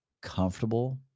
comfortable